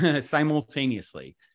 simultaneously